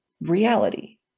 reality